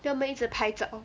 then 我们一直拍照